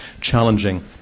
challenging